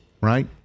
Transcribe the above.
Right